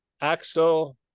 Axel